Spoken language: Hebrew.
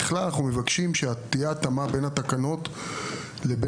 צריך לאפשר לילדים בגיל ארבע להתאמן ולהיות חוקיים ולא להתחיל